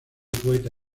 poeta